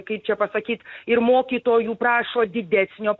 kaip čia pasakyt ir mokytojų prašo didesnio